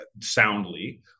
soundly